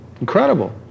Incredible